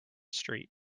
street